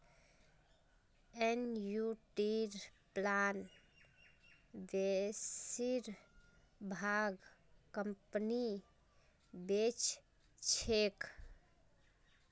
एनयूटीर प्लान बेसिर भाग कंपनी बेच छेक